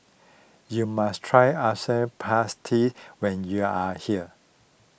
you must try Asam Pedas when you are here